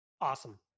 awesome